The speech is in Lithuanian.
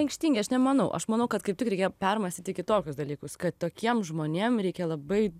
aikštingi aš nemanau aš manau kad kaip tik reikia permąstyti kitokius dalykus kad tokiem žmonėm reikia labai